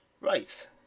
Right